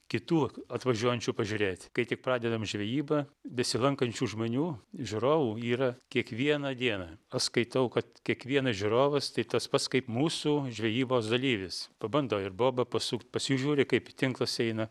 kitų atvažiuojančių pažiūrėt kai tik pradedam žvejybą besilankančių žmonių žiūrovų yra kiekvieną dieną aš skaitau kad kiekvienas žiūrovas tai tas pats kaip mūsų žvejybos dalyvis pabando ir bobą pasukt pasižiūri kaip tinklas eina